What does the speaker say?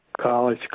college